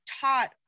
taught